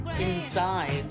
inside